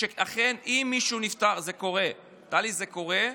שאכן אם מישהו נפטר, זה קורה, טלי, זה קורה.